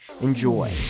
Enjoy